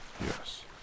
Yes